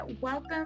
welcome